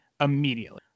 immediately